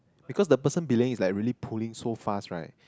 because the person belaying is like really pulling so fast right